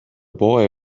boy